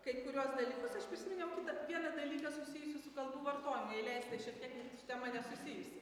kai kuriuos dalykus aš prisiminiau kitą vieną dalyką susijusį su kalbų vartojimu jei leisite šiek tiek su tema nesusijusį